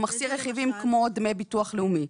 רכיבים כמו דמי ביטוח לאומי,